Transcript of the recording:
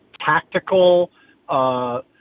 tactical